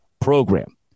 program